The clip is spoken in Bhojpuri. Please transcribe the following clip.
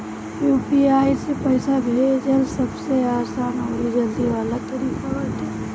यू.पी.आई से पईसा भेजल सबसे आसान अउरी जल्दी वाला तरीका बाटे